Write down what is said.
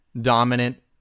dominant